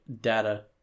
data